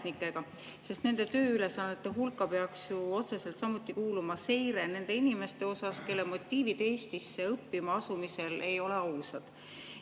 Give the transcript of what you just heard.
Nende tööülesannete hulka peaks ju otseselt kuuluma samuti seire nende inimeste üle, kelle motiivid Eestisse õppima asumisel ei ole ausad.